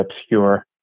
obscure